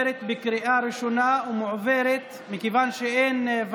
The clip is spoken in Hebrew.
התשפ"א 2021, לדיון